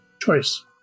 choice